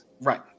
Right